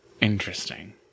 interesting